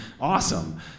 awesome